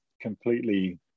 completely